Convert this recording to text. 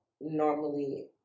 normally